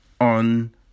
on